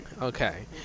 Okay